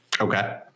Okay